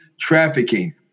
trafficking